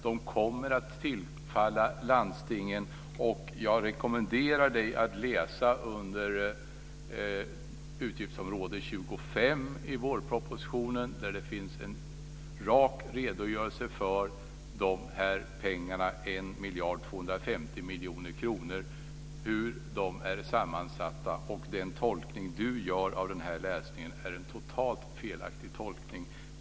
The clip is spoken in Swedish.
De kommer att tillfalla landstingen. Jag rekommenderar Leif Carlson att läsa under utgiftsområde 25 i vårpropositionen, där det finns en rak redogörelse för dessa pengar. Det gäller hur dessa 1,25 miljarder är sammansatta. Den tolkning Leif Carlson gör är en totalt felaktig tolkning.